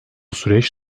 süreç